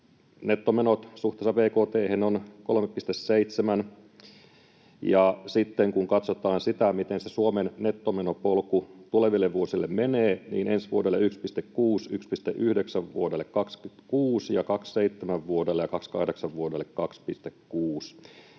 Nettomenot suhteessa bkt:hen ovat 3,7. Ja sitten kun katsotaan sitä, miten se Suomen nettomenopolku tuleville vuosille menee, niin ensi vuodelle se on 1,6, vuodelle 26 se on 1,9 ja vuodelle 27